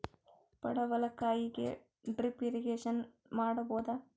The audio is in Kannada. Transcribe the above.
ಪಡವಲಕಾಯಿಗೆ ಡ್ರಿಪ್ ಇರಿಗೇಶನ್ ಮಾಡಬೋದ?